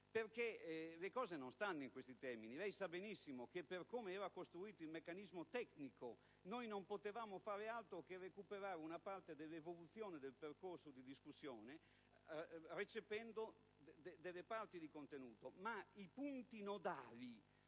Le cose infatti non stanno in questi termini. Lei sa benissimo che, per come era costruito il meccanismo tecnico, noi non potevamo fare altro che recuperare una parte dell'evoluzione del percorso della discussione, recependo parti del contenuto del parere di